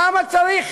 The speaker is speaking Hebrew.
למה צריך